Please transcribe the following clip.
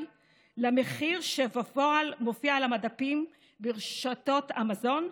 למחיר שמופיע בפועל על המדפים ברשתות המזון?